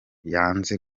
yanze